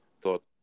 thought